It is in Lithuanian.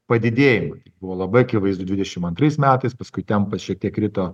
padidėjimą buvo labai akivaizdu dvidešim antrais metais paskui tempas šiek tiek krito